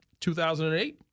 2008